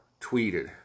tweeted